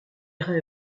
rêve